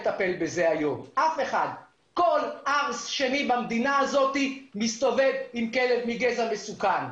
כל ערס שני במדינה הזו מסתובב עם כלב מגזע מסוכן,